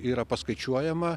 yra paskaičiuojama